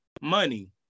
money